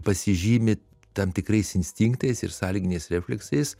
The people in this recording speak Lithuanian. pasižymi tam tikrais instinktais ir sąlyginiais refleksais